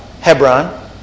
Hebron